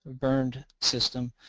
burned system,